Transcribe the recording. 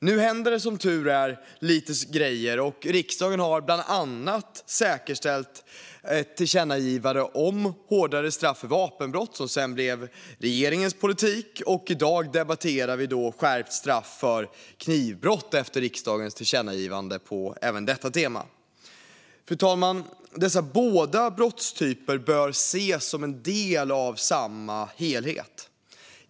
Nu händer det som tur är lite grejer: Riksdagen har bland annat säkerställt ett tillkännagivande om hårdare straff för vapenbrott, vilket sedan blev regeringens politik, och i dag debatterar vi alltså skärpt straff för knivbrott efter riksdagens tillkännagivande på detta tema. Fru talman! Dessa båda brottstyper bör ses som en del av samma helhet.